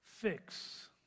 fix